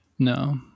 No